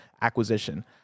acquisition